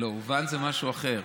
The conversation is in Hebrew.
הובן, לא, הובן זה משהו אחר.